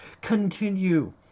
continue